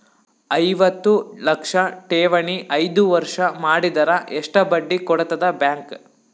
ಐವತ್ತು ಲಕ್ಷ ಠೇವಣಿ ಐದು ವರ್ಷ ಮಾಡಿದರ ಎಷ್ಟ ಬಡ್ಡಿ ಕೊಡತದ ಬ್ಯಾಂಕ್?